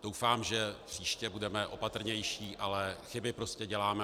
Doufám, že příště budeme opatrnější, ale chyby prostě děláme.